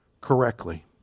correctly